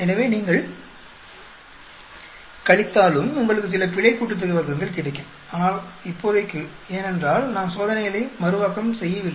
எனவே நீங்கள் கழித்தாலும் உங்களுக்கு சில பிழை கூட்டுத்தொகை வர்க்கங்கள் கிடைக்கும் ஆனால் இப்போதைக்கு ஏனென்றால் நாம் சோதனைகளை மறுவாக்கம் செய்யவில்லை